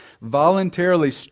voluntarily